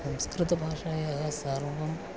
संस्कृतभाषायाः सर्वम्